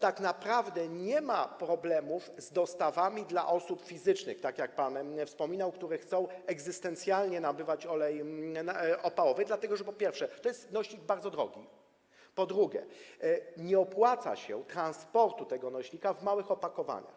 Tak naprawdę nie ma problemów z dostawami dla osób fizycznych, tak jak pan wspominał, którzy chcą egzystencjalnie nabywać olej opałowy, dlatego że to jest nośnik, po pierwsze, bardzo drogi, a po drugie, nie opłaca się transportować tego nośnika w małych opakowaniach.